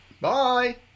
Bye